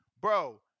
bro